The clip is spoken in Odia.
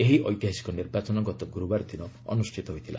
ଏହି ଏତିହାସିକ ନିର୍ବାଚନ ଗତ ଗୁରୁବାରଦିନ ଅନୁଷ୍ଠିତ ହୋଇଥିଲା